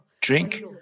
Drink